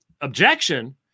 objection